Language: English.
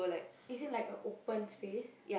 is it like a open space